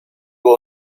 will